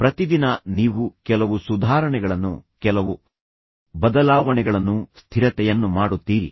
ಪ್ರತಿದಿನ ನೀವು ಕೆಲವು ಸುಧಾರಣೆಗಳನ್ನು ಕೆಲವು ಬದಲಾವಣೆಗಳನ್ನು ಸ್ಥಿರತೆಯನ್ನು ಮಾಡುತ್ತೀರಿ